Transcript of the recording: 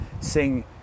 sing